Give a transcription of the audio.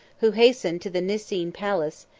who hastened to the nicene palace,